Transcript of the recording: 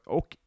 Och